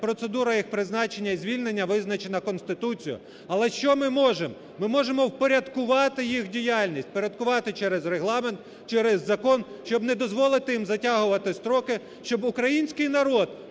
процедура їх призначення і звільнення визначена Конституцію. Але що ми можемо? Ми можемо впорядкувати їх діяльність, впорядкувати через Регламент, через закон, щоб не дозволити їм затягувати строки, щоб український народ